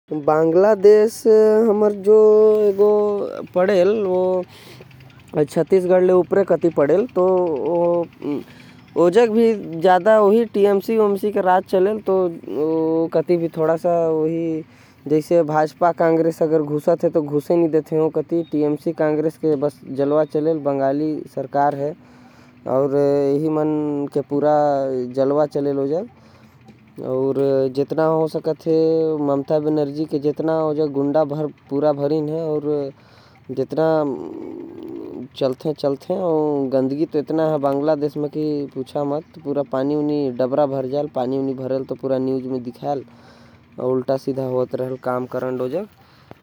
बांग्लादेश छत्तीसगढ़ के उपरे होथे। अउ वहा पे टीएमसी के राज हवे। जेके ममता दीदी चलाथे। वहां कांग्रेस अउ भाजपा मन ल घुसे नही मिलथे। वहाँ बंगाली सरकार के जलवा हवे। गंदगी भी बांग्लादेश म बहुत ज्यादा हवे।